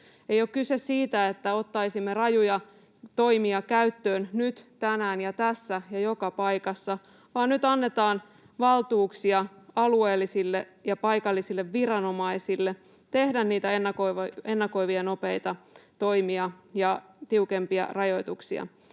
Ei ole kyse siitä, että ottaisimme rajuja toimia käyttöön nyt tänään ja tässä ja joka paikassa, vaan nyt annetaan valtuuksia alueellisille ja paikallisille viranomaisille tehdä niitä ennakoivia nopeita toimia ja tiukempia rajoituksia.